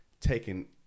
taking